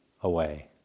away